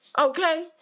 okay